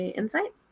insight